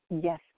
yes